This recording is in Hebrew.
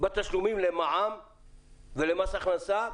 בתשלומים למע"מ ולמס הכנסה?